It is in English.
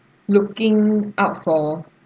looking out for